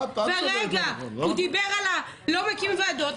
הוא אמר: לא מקימים ועדות.